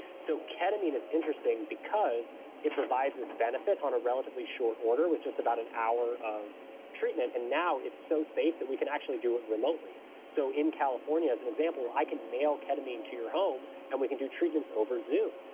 so, ketamine is interesting because it provides this benefit on a relatively short order, with just about an hour of treatment. and now it's so safe that we can actually do it remotely so in california, as an example, i can mail ketamine to your home and we can do treatments over zoom,